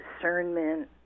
discernment